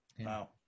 Wow